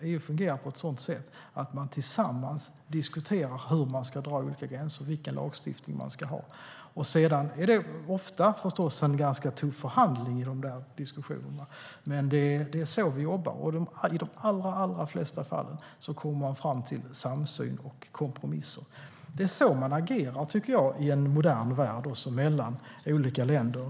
EU fungerar på ett sådant sätt att man tillsammans diskuterar hur man ska dra olika gränser och vilken lagstiftning man ska ha. Det är förstås ofta en ganska tuff förhandling i diskussionerna. Men det är så vi jobbar. I de allra flesta fallen kommer man fram till samsyn och kompromisser. Det är så man agerar i en modern värld mellan olika länder.